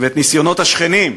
ואת ניסיונות השכנים,